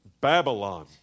Babylon